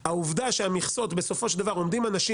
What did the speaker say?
העובדה שעל המכסות בסופו של דבר עומדים אנשים